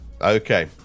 Okay